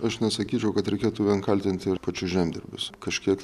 aš nesakyčiau kad reikėtų vien kaltint ir pačius žemdirbius kažkiek